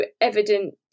evident